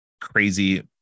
crazy